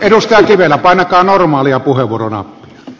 edustaja kivelä painakaa normaalia puheenvuoronappia